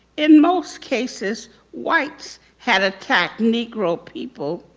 in most cases white's had attacked negro people.